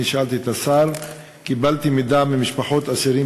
אני שאלתי את השר: קיבלתי מידע ממשפחות אסירים